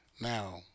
now